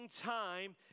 time